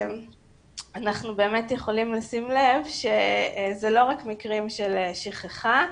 אנחנו באמת יכולים לשים לב שזה לא רק מקרים של שכחה,